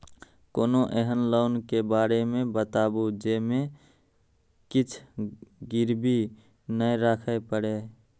कोनो एहन लोन के बारे मे बताबु जे मे किछ गीरबी नय राखे परे?